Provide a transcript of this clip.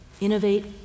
innovate